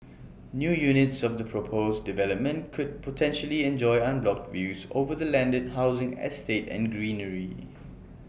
new units of the proposed development could potentially enjoy unblocked views over the landed housing estate and greenery